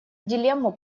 дилемму